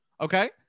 Okay